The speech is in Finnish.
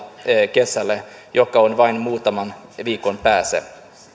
kesälle joka on vain muutaman viikon päässä